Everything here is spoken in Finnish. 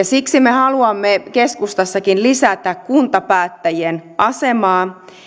siksi me keskustassakin haluamme lisätä kuntapäättäjien asemaa